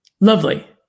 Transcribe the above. Lovely